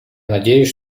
надеюсь